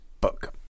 book